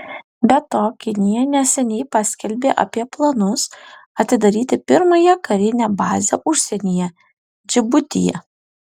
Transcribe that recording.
be to kinija neseniai paskelbė apie planus atidaryti pirmąją karinę bazę užsienyje džibutyje